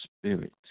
spirit